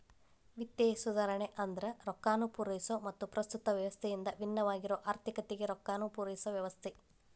ವಿತ್ತೇಯ ಸುಧಾರಣೆ ಅಂದ್ರ ರೊಕ್ಕಾನ ಪೂರೈಸೊ ಮತ್ತ ಪ್ರಸ್ತುತ ವ್ಯವಸ್ಥೆಯಿಂದ ಭಿನ್ನವಾಗಿರೊ ಆರ್ಥಿಕತೆಗೆ ರೊಕ್ಕಾನ ಪೂರೈಸೊ ವ್ಯವಸ್ಥೆ